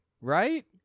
right